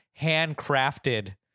handcrafted